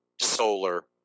solar